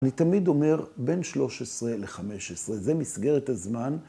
אני תמיד אומר, בין 13 ל-15, זה מסגרת הזמן.